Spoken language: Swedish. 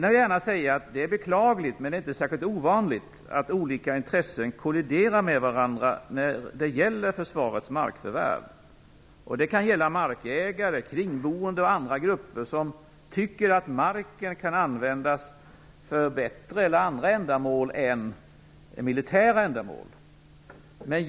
Jag vill gärna säga att det är beklagligt, men inte särskilt ovanligt, att olika intressen kolliderar med varandra när det gäller försvarets markförvärv. Det kan gälla markägare, kringboende och andra grupper som tycker att marken kan användas för bättre eller andra ändamål än militära ändamål.